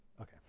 Okay